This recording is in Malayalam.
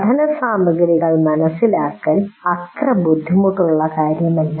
പഠനസാമഗ്രികൾ മനസിലാക്കൽ അത്ര ബുദ്ധിമുട്ടുള്ള കാര്യമല്ല